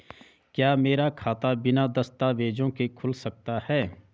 क्या मेरा खाता बिना दस्तावेज़ों के खुल सकता है?